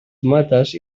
tomates